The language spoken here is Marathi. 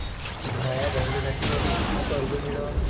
माया धंद्यासाठी मले कितीक कर्ज मिळनं?